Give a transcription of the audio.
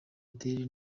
adele